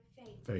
faith